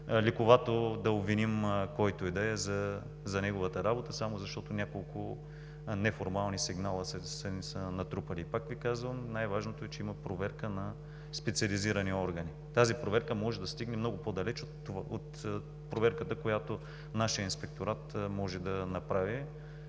лековато да обвиним когото и да е за неговата работа само защото няколко неформални сигнала са ни се натрупали. Пак Ви казвам: най-важното е, че има проверка на специализирани органи. Тази проверка може да стигне много по далеч от проверката, която нашият Инспекторат може да направи.